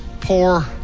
poor